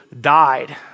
died